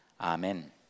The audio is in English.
Amen